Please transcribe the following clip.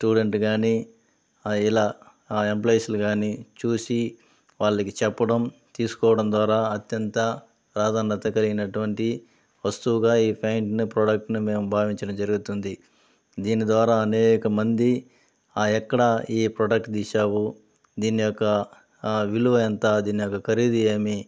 student కానీ ఇలా employees కానీ చూసి వాళ్ళకి చెప్పడం తీసుకోవడం ద్వారా అత్యంత ప్రాధాన్యత కలిగినటువంటి వస్తువుగా ఈ ప్యాంటుని ప్రొడక్ట్ని మేము భావించడం జరుగుతుంది దీని ద్వారా అనేక మంది ఆ ఎక్కడ ఈ ప్రొడక్ట్ తీసావు దీని యొక్క విలువ ఎంత దీని యొక్క ఖరీదు ఏమి